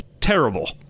Terrible